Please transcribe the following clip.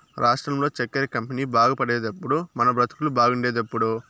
రాష్ట్రంలో చక్కెర కంపెనీ బాగుపడేదెప్పుడో మన బతుకులు బాగుండేదెప్పుడో